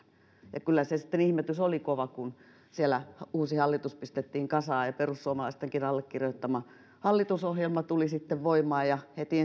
kyllä sitten ihmetys oli kova kun siellä uusi hallitus pistettiin kasaan ja perussuomalaistenkin allekirjoittama hallitusohjelma tuli voimaan ja heti